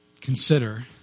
consider